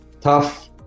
tough